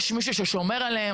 יש מישהו ששומר עליהן.